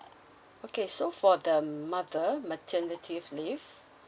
okay so for the mother maternity leave